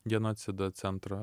genocido centro